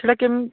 ସେଟା କେମ